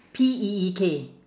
P E E K